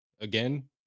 again